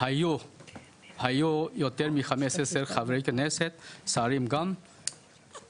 והיו יותר מ-15 חברי כנסת ושרים גם,